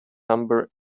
number